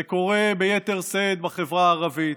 זה קורה ביתר שאת בחברה הערבית,